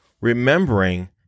Remembering